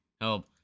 Help